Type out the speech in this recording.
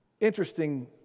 interesting